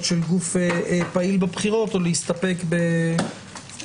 של גוף פעיל בבחירות או להסתפק ב(ב)(2)?